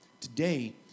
today